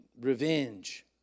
revenge